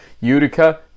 Utica